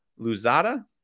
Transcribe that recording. Luzada